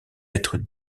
être